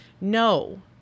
no